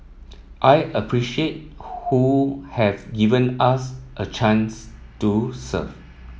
I appreciate who have given us a chance to serve